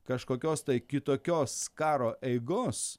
kažkokios tai kitokios karo eigos